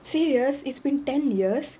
serious it's been ten years